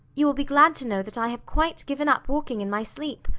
you will be glad to know that i have quite given up walking in my sleep.